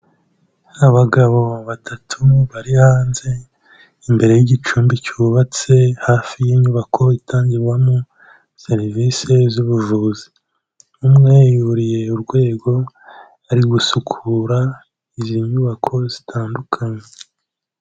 Abagabo batatu bari hanze, imbere y'igicumbi cyubatse hafi y'inyubako itangirwamo serivise z'ubuvuzi. Umwe yuriye urwego, ari gusukura izi nyubako zitandukanye.